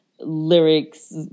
lyrics